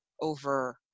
over